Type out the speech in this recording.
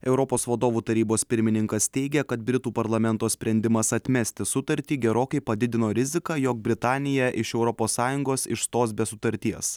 europos vadovų tarybos pirmininkas teigia kad britų parlamento sprendimas atmesti sutartį gerokai padidino riziką jog britanija iš europos sąjungos išstos be sutarties